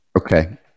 Okay